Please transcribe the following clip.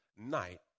night